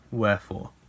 Wherefore